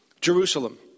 Jerusalem